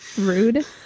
Rude